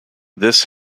this